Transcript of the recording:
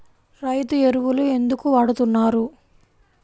రైతు ఎరువులు ఎందుకు వాడుతున్నారు?